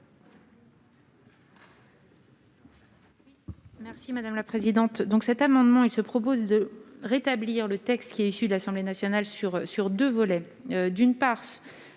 Merci madame la présidente,